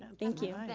um thank you. and